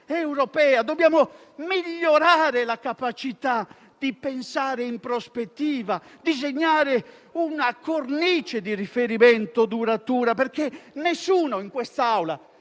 Governo Conte, migliorare la capacità di pensare in prospettiva e disegnare una cornice di riferimento duratura, perché nessuno in quest'Aula,